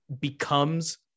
becomes